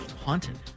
Haunted